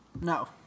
No